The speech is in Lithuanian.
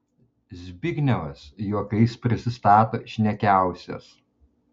zbignevas juokais prisistato šnekiausias